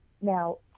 Now